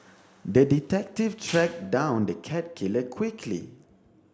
the detective tracked down the cat killer quickly